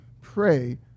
pray